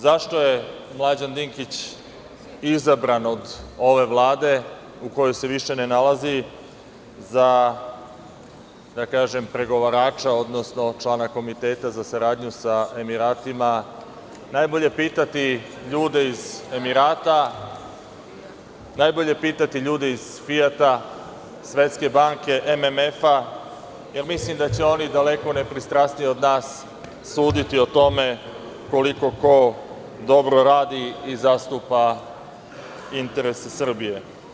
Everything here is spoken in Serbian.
O tome zašto je Mlađan Dinkić izabran od ove Vlade, gde se više ne nalazi, za pregovarača, odnosno člana Komiteta za saradnju sa Emiratima, najbolje je pitati ljude iz Emirata, iz „Fijata“, „Svetske banke“, MMF, jer mislim da će oni nepristrasnije od nas suditi o tome koliko ko dobro radi i zastupa interese Srbije.